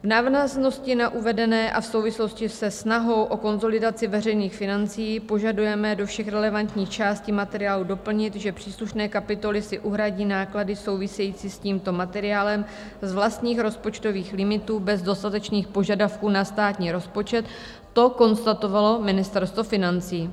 V návaznosti na uvedené a v souvislosti se snahou o konsolidaci veřejných financí požadujeme do všech relevantních částí materiálu doplnit, že příslušné kapitoly si uhradí náklady, související s tímto materiálem, z vlastních rozpočtových limitů bez dostatečných požadavků na státní rozpočet to konstatovalo Ministerstvo financí.